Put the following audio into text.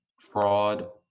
fraud